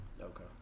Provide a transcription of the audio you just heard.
Okay